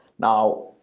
now,